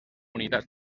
unitats